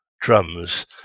drums